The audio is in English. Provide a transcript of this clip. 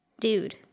dude